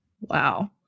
Wow